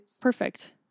perfect